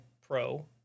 pro